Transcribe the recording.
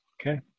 Okay